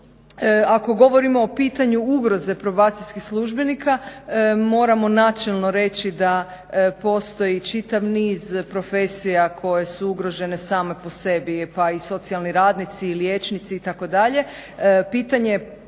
Ako govorimo o pitanju ugroze probacijskih službenika moramo načelno reći da postoji čitav niz profesija koje su ugrožene same po sebi, pa i socijalni radnici i liječnici itd.